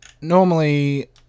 normally